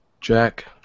Jack